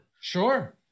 Sure